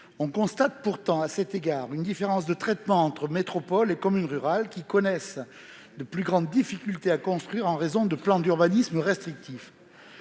On constate pourtant à cet égard une différence de traitement entre les métropoles et les communes rurales, ces dernières connaissant de plus grandes difficultés à construire en raison de plans d'urbanisme restrictifs.